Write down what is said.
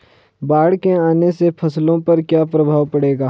बाढ़ के आने से फसलों पर क्या प्रभाव पड़ेगा?